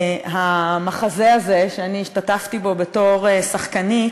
המחזה הזה שאני השתתפתי בו בתור שחקנית.